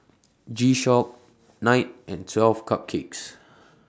G Shock Knight and twelve Cupcakes